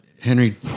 Henry